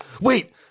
wait